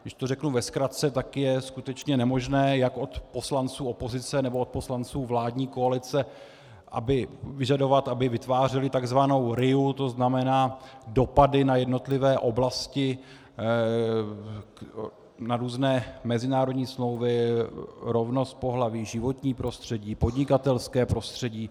Když to řeknu ve zkratce, tak je skutečně nemožné jak od poslanců opozice, nebo od poslanců vládní koalice vyžadovat, aby vytvářeli takzvanou RIA, to znamená dopady na jednotlivé oblasti na různé mezinárodní smlouvy, rovnost pohlaví, životní prostředí, podnikatelské prostředí.